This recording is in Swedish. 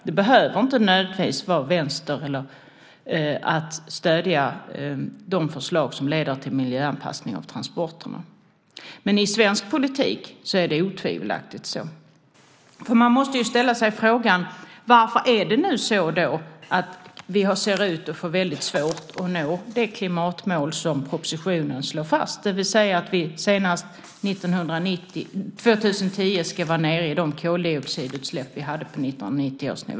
Det behöver inte nödvändigtvis vara vänster att stödja de förslag som leder till miljöanpassning av transporterna. I svensk politik är det dock otvivelaktigt så. Man måste ställa sig frågan: Varför är det så att vi nu ser ut att få väldigt svårt att nå det klimatmål som propositionen slår fast, det vill säga att vi senast 2010 ska vara nere på den koldioxidutsläppsnivå vi hade 1990?